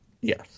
Yes